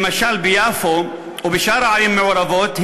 למשל ביפו ובשאר הערים המעורבות,